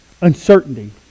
uncertainty